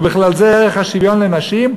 ובכלל זה ערך השוויון לנשים,